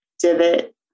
divot